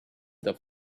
that